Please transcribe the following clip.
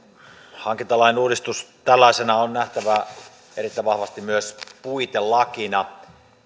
hankintalain uudistus tällaisena on nähtävä erittäin vahvasti myös puitelakina